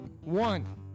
one